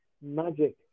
magic